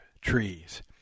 trees